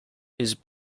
his